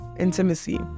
intimacy